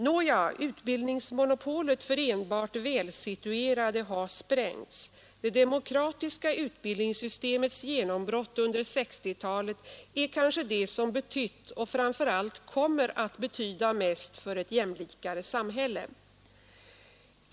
Nåja, utbildningsmonopolet för enbart välsituerade har sprängts. Det demokratiska utbildningssystemets genombrott under 1960-talet är kanske det som betytt och framför allt kommer att betyda mest för ett jämlikare sam hälle.